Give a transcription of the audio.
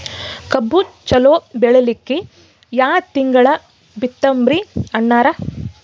ಕಬ್ಬು ಚಲೋ ಬೆಳಿಲಿಕ್ಕಿ ಯಾ ತಿಂಗಳ ಬಿತ್ತಮ್ರೀ ಅಣ್ಣಾರ?